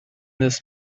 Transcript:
this